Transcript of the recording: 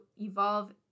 evolve